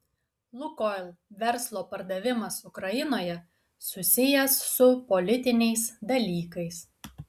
lukoil verslo pardavimas ukrainoje susijęs su politiniais dalykais